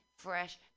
Fresh